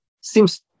seems